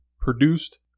produced